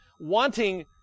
wanting